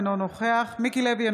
אינו נוכח מיקי לוי,